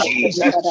Jesus